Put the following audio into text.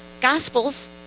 Gospels